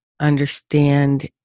understand